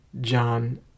John